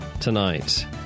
tonight